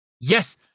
Yes